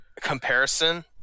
comparison